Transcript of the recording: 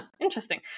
interesting